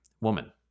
Woman